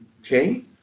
Okay